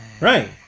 Right